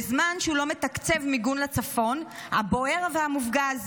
בזמן שהוא לא מתקצב מיגון לצפון הבוער והמופגז.